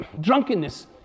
drunkenness